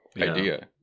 Idea